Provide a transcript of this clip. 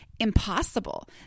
Impossible